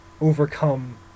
overcome